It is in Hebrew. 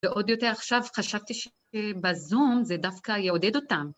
ועוד יותר עכשיו חשבתי שבזום זה דווקא יעודד אותם.